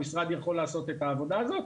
המשרד יכול לעשות את העבודה הזאת.